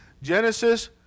Genesis